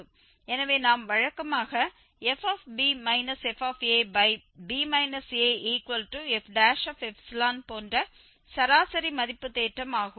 எனவே நாம் வழக்கமாக fb fab afξ போன்ற சராசரி மதிப்பு தேற்றம் ஆகும்